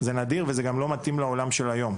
וזה גם לא מתאים למציאות היום.